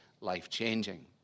life-changing